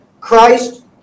Christ